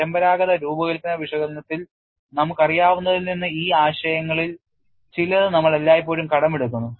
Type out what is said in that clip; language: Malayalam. പരമ്പരാഗത രൂപകൽപ്പന വിശകലനത്തിൽ നമുക്കറിയാവുന്നതിൽ നിന്ന് ഈ ആശയങ്ങളിൽ ചിലത് നമ്മൾ എല്ലായ്പ്പോഴും കടമെടുക്കുന്നു